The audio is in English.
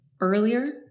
earlier